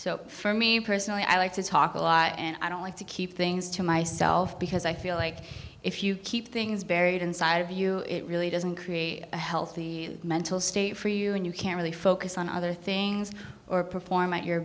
so for me personally i like to talk a lot and i don't like to keep things to myself because i feel like if you keep things buried inside of you it really doesn't create a healthy mental state for you and you can really focus on other things or perform at your